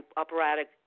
operatic